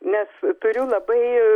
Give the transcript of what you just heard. nes turiu labai